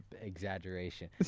exaggeration